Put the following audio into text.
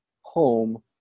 home